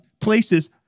places